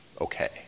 okay